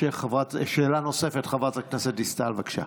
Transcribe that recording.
שאלה נוספת חברת הכנסת דיסטל, בבקשה.